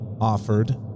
offered